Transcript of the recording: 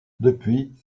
depuis